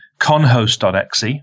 conhost.exe